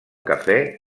cafè